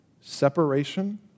Separation